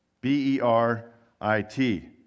B-E-R-I-T